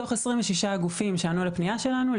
מתוך 26 גופים שענו לפנייה שלנו,